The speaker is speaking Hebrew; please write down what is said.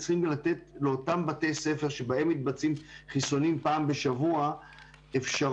צריכים לתת לאותם בתי ספר שבהם מתבצעים חיסונים פעם בשבוע אפשרות